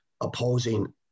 opposing